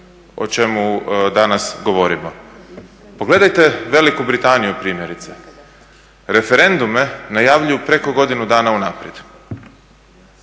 o čemu danas govorimo. Pogledajte Veliku Britaniju, primjerice. Referendume najavljuju preko godinu dana unaprijed.